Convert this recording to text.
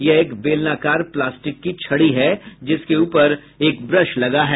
यह एक बेलनाकार प्लास्टिक की छड़ी है जिसके ऊपर एक ब्रश लगा है